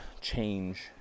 change